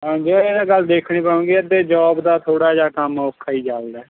ਹਾਂਜੀ ਇਹ ਤਾਂ ਗੱਲ ਦੇਖਣੀ ਪਉਂਗੀ ਇੱਥੇ ਜੋਬ ਦਾ ਥੋੜ੍ਹਾ ਜਿਹਾ ਕੰਮ ਔਖਾ ਹੀ ਚੱਲਦਾ